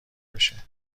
بشه